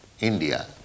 India